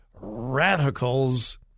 radicals